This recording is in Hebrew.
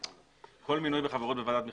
כל מינוי בחברות בוועדת מכרזים,